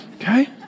Okay